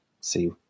see